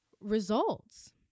results